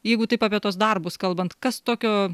jeigu taip apie tuos darbus kalbant kas tokio